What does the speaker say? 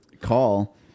call